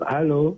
Hello